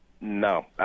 no